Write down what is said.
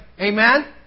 Amen